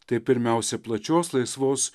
tai pirmiausia plačios laisvos